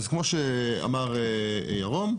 אז כמו שאמר ירום,